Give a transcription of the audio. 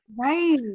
Right